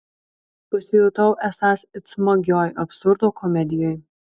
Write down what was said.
pasijutau esąs it smagioj absurdo komedijoj